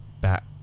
back